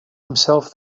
himself